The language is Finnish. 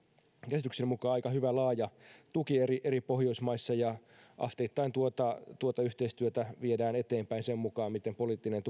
käsitykseni mukaan aika hyvä laaja tuki eri eri pohjoismaissa ja asteittain tuota tuota yhteistyötä viedään eteenpäin sen mukaan miten poliittinen